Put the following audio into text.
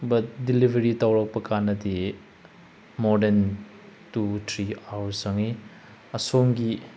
delivery ꯇꯧꯔꯛꯄ ꯀꯥꯟꯗꯗꯤ more than two three hour ꯆꯪꯏ ꯑꯁꯣꯝꯒꯤ